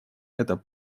это